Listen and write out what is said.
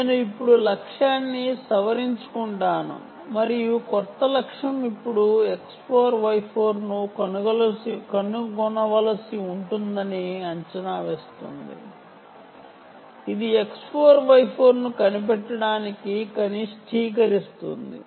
నేను ఇప్పుడు లక్ష్యాన్ని సవరించుకుంటాను మరియు క్రొత్త లక్ష్యం ఇప్పుడు చదరపు ఎర్రర్ ని తగ్గించేవిధంగా X4 Y 4 ను కనుగొనవలసి ఉంటుంది